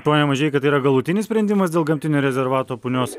pone mažeika tai yra galutinis sprendimas dėl gamtinio rezervato punios